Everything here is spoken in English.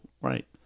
Right